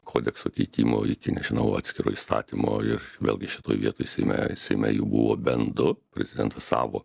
kodekso keitimo iki nežinau atskiro įstatymo ir vėlgi šitoj vietoj seime seime jų buvo bent du prezidentas savo